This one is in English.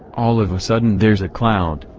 all of a sudden there's a cloud,